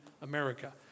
America